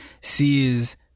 sees